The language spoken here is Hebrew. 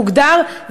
זה מוגדר,